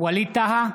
ווליד טאהא,